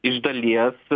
iš dalies